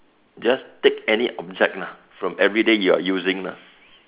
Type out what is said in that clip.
just take any object lah from everyday you are using lah